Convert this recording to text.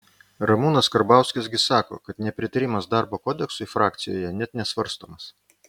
ramūnas karbauskis gi sako kad nepritarimas darbo kodeksui frakcijoje net nesvarstomas